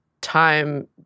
time